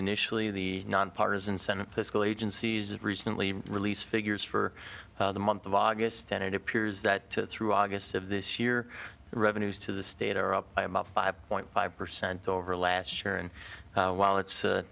initially the nonpartisan center of political agency's recently released figures for the month of august and it appears that through august of this year revenues to the state are up by about five point five percent over last year and while it's